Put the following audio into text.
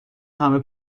همه